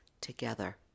together